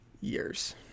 years